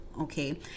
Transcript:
Okay